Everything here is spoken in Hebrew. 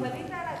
פנית אלי.